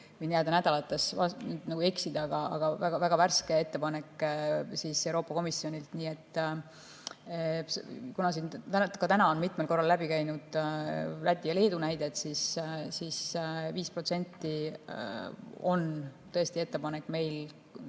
võin nädalates eksida, aga see on väga värske ettepanek Euroopa Komisjonilt. Kuna siin ka täna on mitmel korral läbi käinud Läti ja Leedu näide, siis 5% on tõesti ettepanek, et